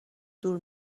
دور